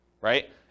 right